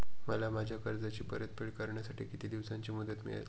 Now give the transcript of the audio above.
मला माझ्या कर्जाची परतफेड करण्यासाठी किती दिवसांची मुदत मिळेल?